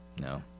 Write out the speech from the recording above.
No